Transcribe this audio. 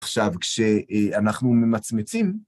עכשיו, כשאנחנו ממצמצים..